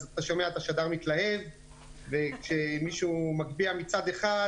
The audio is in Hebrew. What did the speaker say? שומע את השדר מתלהב וכשמישהו מגביה מצד אחד,